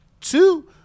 two